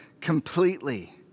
completely